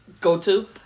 Go-to